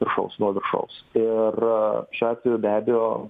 viršaus nuo viršaus ir šiuo atveju be abejo